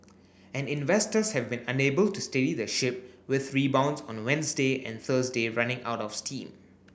and investors have been unable to steady the ship with rebounds on Wednesday and Thursday running out of steam